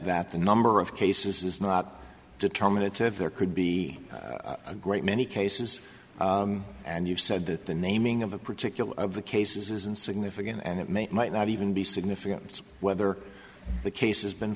that the number of cases is not determinative there could be a great many cases and you've said that the naming of a particular of the cases isn't significant and it may might not even be significant whether the case has been